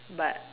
but